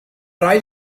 rhaid